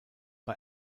bei